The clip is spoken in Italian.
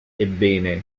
ebbene